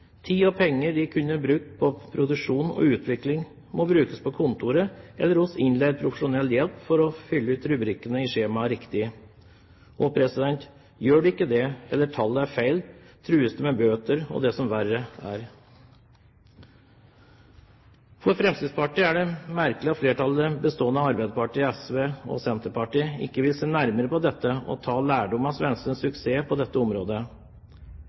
Tid og penger de kunne brukt på produksjon og utvikling, må brukes på kontoret eller hos innleid profesjonell hjelp for å fylle ut rubrikkene i skjemaet riktig. Gjør de ikke det, eller om tallet er feil, trues det med bøter og det som verre er. For Fremskrittspartiet er det merkelig at flertallet, bestående av Arbeiderpartiet, SV og Senterpartiet, ikke vil se nærmere på dette og ta lærdom av svenskenes suksess på dette området.